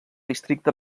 districte